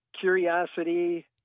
curiosity